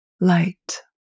light